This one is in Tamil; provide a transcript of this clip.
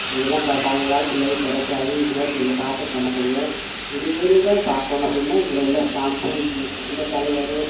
இதெல்லாம் ப பழைய காலத்து உள்ளது கிடைக்காது இது மாரி நீங்கள் பார்த்துருக்க மாட்டீங்கள் இனிமேல் தான் பாக்கணும் அப்படின்னா இதில் உள்ள ஸ்டாம்பு இ இந்த தலைவர்